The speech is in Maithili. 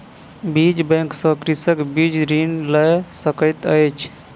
बीज बैंक सॅ कृषक बीज ऋण लय सकैत अछि